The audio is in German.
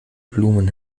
blumen